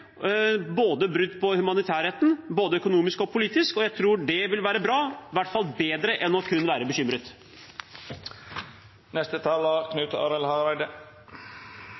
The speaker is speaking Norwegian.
brudd på humanitærretten, både politisk og økonomisk. Og jeg tror det vil være bra – i hvert fall bedre enn kun å være bekymret.